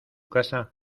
casa